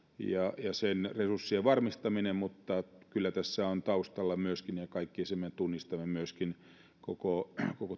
ja sen resurssien varmistaminen mutta kyllä tässä on taustalla myöskin ja kaikki me sen tunnistamme myöskin koko